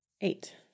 Eight